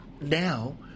now